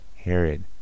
Herod